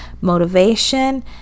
motivation